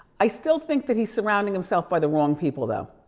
i still think that he's surrounding himself by the wrong people, though.